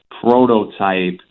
prototype